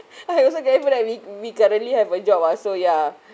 I also grateful like we we got really have a job ah so ya